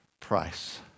price